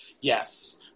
Yes